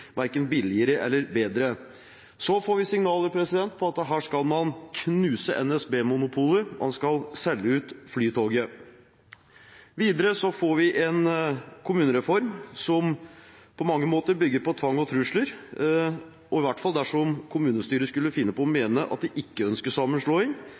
verken billigere eller bedre. Så får vi signaler på at her skal man knuse NSB-monopolet, man skal selge ut Flytoget. Videre får vi en kommunereform som på mange måter bygger på tvang og trusler, og i hvert fall dersom kommunestyret skulle finne på å